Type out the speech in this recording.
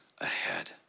ahead